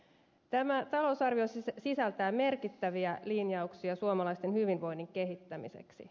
tämä talousarvio sisältää merkittäviä linjauksia suomalaisten hyvinvoinnin kehittämiseksi